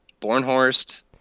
Bornhorst